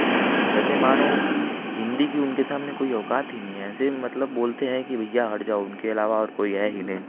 जैसे मानो हिंदी की उनके सामने कोई औकात ही नहीं है ऐसे मतलब बोलते हैं कि भैया हट जाओ उनके अलावा और कोई है ही नहीं